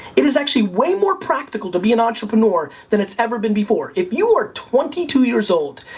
it is actually way more practical to be an entrepreneur than it's ever been before. if you are twenty two years old,